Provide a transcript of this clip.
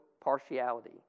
partiality